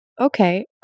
Okay